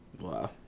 Wow